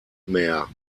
mehr